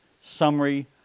summary